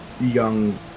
young